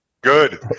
Good